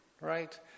Right